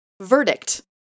Verdict